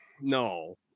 no